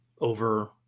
over